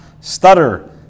stutter